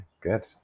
good